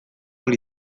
ahal